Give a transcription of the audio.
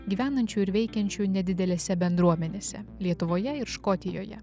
gyvenančių ir veikiančių nedidelėse bendruomenėse lietuvoje ir škotijoje